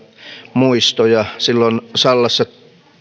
muistoja silloin sallassa